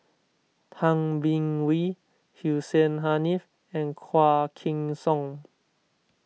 Tay Bin Wee Hussein Haniff and Quah Kim Song